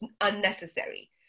unnecessary